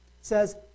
says